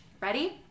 Ready